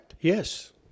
Yes